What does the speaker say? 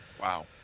wow